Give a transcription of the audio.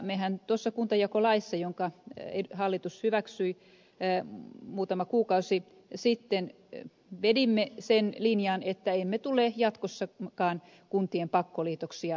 mehän tuossa kuntajakolaissa jonka hallitus hyväksyi muutama kuukausi sitten vedimme sen linjan että emme tule jatkossakaan kuntien pakkoliitoksia hyväksymään